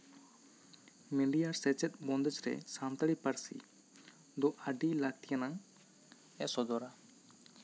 media ᱥᱮᱪᱮᱫ ᱵᱚᱱᱫᱮᱡᱽ ᱨᱮ ᱥᱟᱱᱛᱟᱲᱤ ᱯᱟᱹᱨᱥᱤ ᱫᱚ ᱟᱹᱰᱤ ᱞᱟᱹᱠᱛᱤᱭᱟᱱᱟᱜᱼᱮ ᱥᱚᱫᱚᱨᱟ